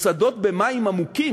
בשדות במים עמוקים,